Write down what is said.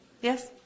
Yes